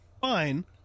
fine